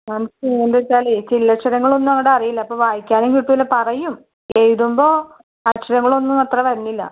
ma'am സീനെന്തെച്ചാലെ ചില്ലക്ഷരങ്ങളൊന്നും അങ്ങടറിയില്ല അപ്പോൾ വായിക്കാനും കിട്ടൂല പറയും എഴുതുമ്പോൾ അക്ഷരങ്ങളൊന്നും അത്ര വരുന്നില്ല